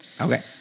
Okay